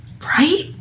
Right